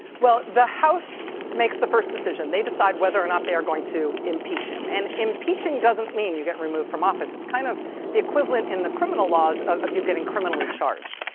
well, the house makes the first decision. they decide whether or not they are going to impeach him, and impeaching doesn't mean you get removed from office. it's kind of the equivalent, in the criminal laws, of you getting criminally charged.